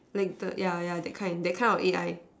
like the yeah yeah that kind that kind of A_I